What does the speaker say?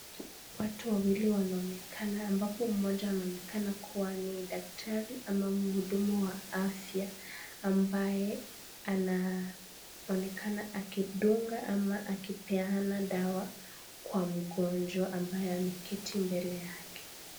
Watu wawili wanaonekana ambapo mmoja anaonekana kuwa ni daktari ama mhudumu wa afya ambaye anaonekana akidunga ama akipeana dawa kwa mgonjwa ambaye ameketi mbele yake.